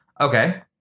okay